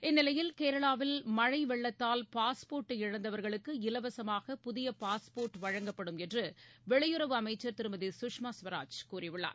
இந்நிலையில் கேரளாவில் மழைவெள்ளத்தால் பாஸ்போர்ட்டை இழந்தவர்களுக்கு இலவசமாக புதியபாஸ்போர்ட் வழங்கப்படும் என்றுவெளியுறவு அமைச்சர் திருமதி கஷ்மா ஸ்வராஜ் கூறியுள்ளார்